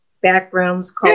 backgrounds